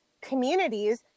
communities